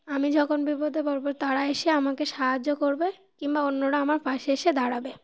আমি যখন বিপদে পড়বো তারা এসে আমাকে সাহায্য করবে কিংবা অন্যরা আমার পাশে এসে দাঁড়াবে